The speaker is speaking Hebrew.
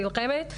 אני נלחמת,